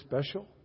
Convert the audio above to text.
special